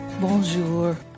Bonjour